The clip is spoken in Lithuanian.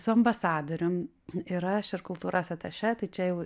su ambasadorium ir aš ir kultūros atašė tai čia jau